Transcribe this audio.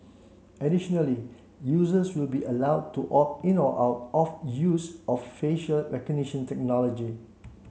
additionally users will be allowed to opt in or out of use of facial recognition technology